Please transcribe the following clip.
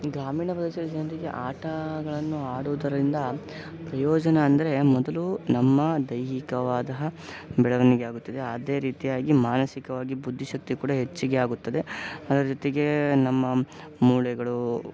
ಗ್ರಾಮೀಣ ಪ್ರದೇಶದ ಜನರಿಗೆ ಆಟಗಳನ್ನು ಆಡುವುದರಿಂದ ಪ್ರಯೋಜನ ಅಂದರೆ ಮೊದಲು ನಮ್ಮ ದೈಹಿಕವಾದ ಬೆಳವಣಿಗೆ ಆಗುತ್ತದೆ ಅದೇ ರೀತಿಯಾಗಿ ಮಾನಸಿಕವಾಗಿ ಬುದ್ಧಿಶಕ್ತಿ ಕೂಡ ಹೆಚ್ಚಿಗೆ ಆಗುತ್ತದೆ ಅದ್ರ ಜೊತೆಗೆ ನಮ್ಮ ಮೂಳೆಗಳು